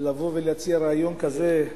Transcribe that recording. לבוא ולהציע רעיון כזה,